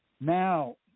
now